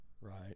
right